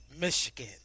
Michigan